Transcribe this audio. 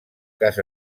cas